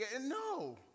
No